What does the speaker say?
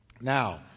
Now